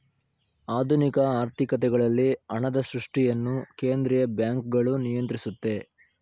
ಆಧುನಿಕ ಆರ್ಥಿಕತೆಗಳಲ್ಲಿ ಹಣದ ಸೃಷ್ಟಿಯನ್ನು ಕೇಂದ್ರೀಯ ಬ್ಯಾಂಕ್ಗಳು ನಿಯಂತ್ರಿಸುತ್ತೆ